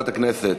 לוועדת הכנסת.